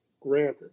Granted